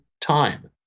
time